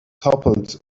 toppled